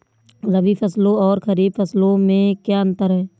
रबी फसलों और खरीफ फसलों में क्या अंतर है?